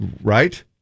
right